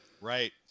Right